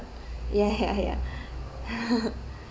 ya ya ya